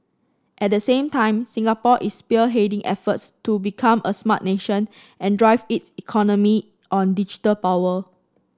at the same time Singapore is spearheading efforts to become a Smart Nation and drive its economy on digital power